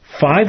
Five